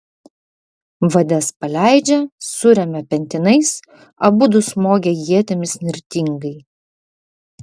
vades paleidžia suremia pentinais abudu smogia ietimis nirtingai